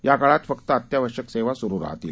याकाळात फक्त अत्यावश्यक सेवा सुरु असतील